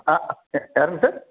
ஆ யாருங்க சார்